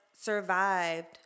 survived